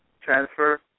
Transfer